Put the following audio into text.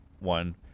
one